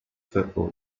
football